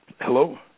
Hello